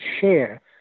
share